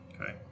Okay